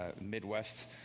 Midwest